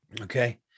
Okay